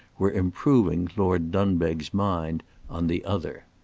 were improving lord dunbeg's mind on the other.